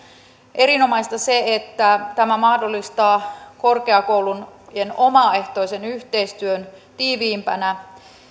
erinomaista se että tämä mahdollistaa korkeakoulujen omaehtoisen yhteistyön tiiviimpänä